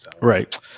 Right